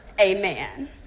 amen